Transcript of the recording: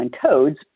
codes